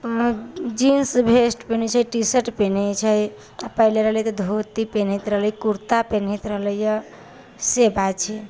jeans vest पहिनै छै T shirt पहिनै छै आओर पहिले रहलै तऽ धोती पहिनैत रहलै कुर्ता पहिनैत रहलैय से बात छै